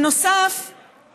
נוסף לכך,